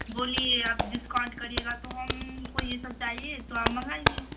बोलिए आप डिस्काउंट करिएगा तो हम्म को ये सब चाहिए तो आप मँगाइए